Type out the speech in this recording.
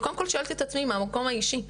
אני קודם כל שואלת את עצמי מהמקום האישי,